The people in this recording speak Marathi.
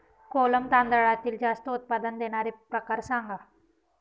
कोलम तांदळातील जास्त उत्पादन देणारे प्रकार सांगा